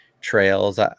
trails